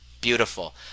beautiful